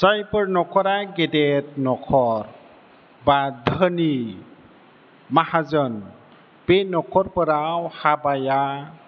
जायफोर नखरा गेदेर नखर बा धोनि माहाजोन बे नखरफोराव हाबाया